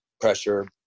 pressure